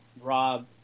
Rob